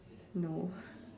no